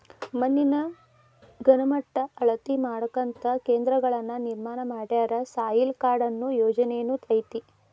ಮಣ್ಣಿನ ಗಣಮಟ್ಟಾ ಅಳತಿ ಮಾಡಾಕಂತ ಕೇಂದ್ರಗಳನ್ನ ನಿರ್ಮಾಣ ಮಾಡ್ಯಾರ, ಸಾಯಿಲ್ ಕಾರ್ಡ ಅನ್ನು ಯೊಜನೆನು ಐತಿ